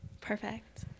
Perfect